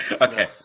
Okay